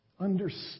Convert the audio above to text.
Understand